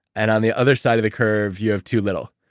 and on the other side of the curve you have too little,